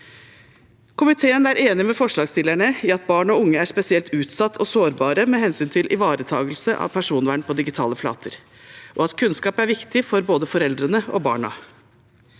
Komiteen er enig med forslagsstillerne i at barn og unge er spesielt utsatte og sårbare med hensyn til ivaretakelse av personvern på digitale flater, og at kunnskap er viktig for både foreldrene og barna.